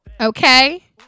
Okay